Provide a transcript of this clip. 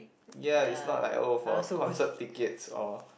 ya it's not like oh for a concert tickets or